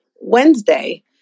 Wednesday